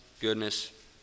goodness